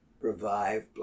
revive